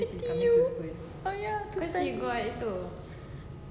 pity you oh ya she study